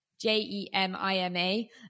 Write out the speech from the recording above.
J-E-M-I-M-A